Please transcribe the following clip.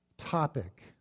topic